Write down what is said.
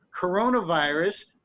coronavirus